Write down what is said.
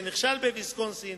שנכשל בוויסקונסין,